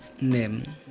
name